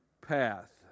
path